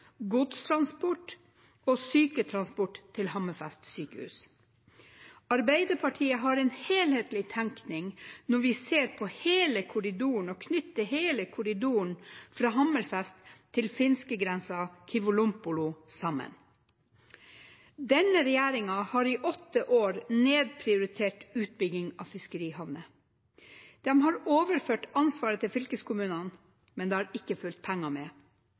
godstransport og syketransport til Hammerfest sykehus. Arbeiderpartiet har en helhetlig tenkning knyttet til hele korridoren fra Hammerfest til finskegrensa ved Kivilompolo. Denne regjeringa har i åtte år nedprioritert utbygging av fiskerihavner. De har overført ansvaret til fylkeskommunene, men det har ikke fulgt penger med.